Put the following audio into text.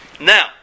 Now